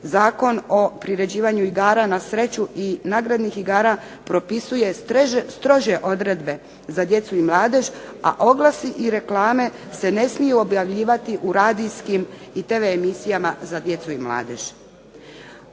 Zakon o priređivanu igara na sreću i nagradnih igara propisuje strože odredbe za djecu i mladež, a oglasi i reklame se ne smiju objavljivati u radijskim i TV emisijama za djecu i mladež.